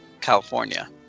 California